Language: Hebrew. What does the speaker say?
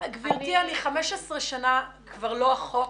גברתי, אני 15 שנים כבר לא אחות